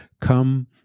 come